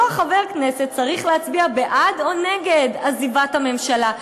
אותו חבר כנסת צריך להצביע בעד או נגד עזיבת הממשלה.